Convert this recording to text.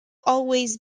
always